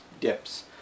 dips